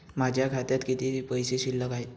माझ्या खात्यात किती पैसे शिल्लक आहेत?